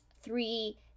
three